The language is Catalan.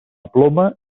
ploma